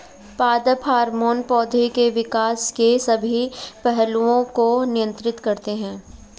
पादप हार्मोन पौधे के विकास के सभी पहलुओं को नियंत्रित करते हैं